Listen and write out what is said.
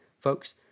folks